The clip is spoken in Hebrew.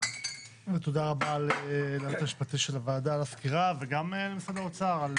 תודה רבה על הסקירה וגם למשרד האוצר על